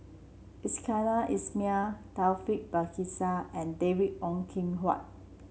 Iskandar Ismail Taufik Batisah and David Ong Kim Huat